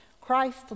Christ